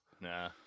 Nah